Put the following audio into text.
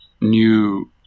new